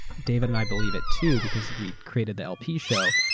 david and i believe it too because we created the lp show.